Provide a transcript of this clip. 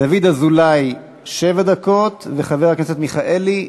דוד אזולאי שבע דקות, וחבר הכנסת מיכאלי,